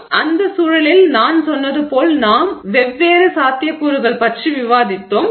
எனவே அந்தச் சூழலில் நான் சொன்னது போல் நாம் வெவ்வேறு சாத்தியக்கூறுகள் பற்றி விவாதித்தோம்